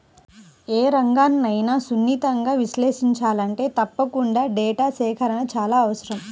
ఏ రంగన్నైనా సునిశితంగా విశ్లేషించాలంటే తప్పకుండా డేటా సేకరణ చాలా అవసరం